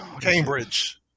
Cambridge